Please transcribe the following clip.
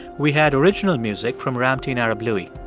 we had original music from ramtin arablouei.